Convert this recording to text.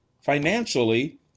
financially